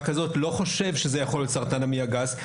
הם לא חושבים שזה יכול להיות סרטן המעי הגס.